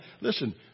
listen